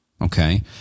okay